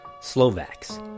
Slovaks